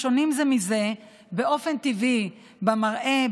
השונים זה מזה באופן טבעי במראה,